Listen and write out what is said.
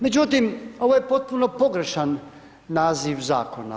Međutim, ovo je potpuno pogrešan naziv zakona.